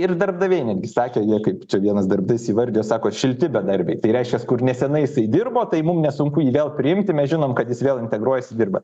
ir darbdaviai netgi sakė jie kaip čia vienas darbdavys įvardijo sako šilti bedarbiai tai reiškias kur nesenai jisai dirbo tai mum nesunku jį vėl priimti mes žinom kad jis vėl integruojasi dirba